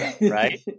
right